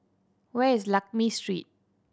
where is Lakme Street